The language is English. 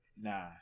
Nah